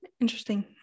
interesting